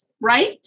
right